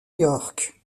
york